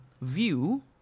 view